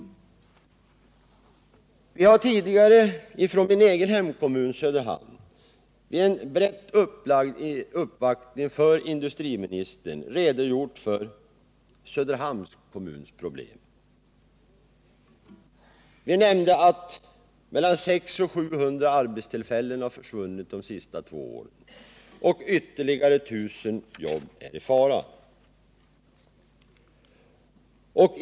Vi har tidigare i en brett upplagd uppvaktning från min egen hemkommun Söderhamn för industriministern redogjort för Söderhamns kommuns problem. Vi nämnde att 600-700 arbetstillfällen har försvunnit under de senaste åren och att ytterligare 1 000 jobb är i fara.